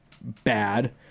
bad